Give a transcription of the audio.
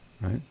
right